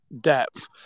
depth –